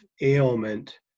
ailment